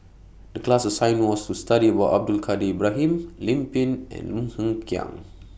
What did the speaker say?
The class assignment was to study about Abdul Kadir Ibrahim Lim Pin and Lim Hng Kiang